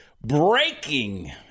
breaking